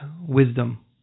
wisdom